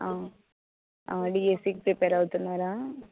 డీఎస్ఈకి prepare అవుతున్నారా